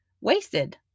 wasted